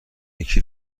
یکی